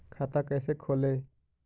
खाता कैसे खोले?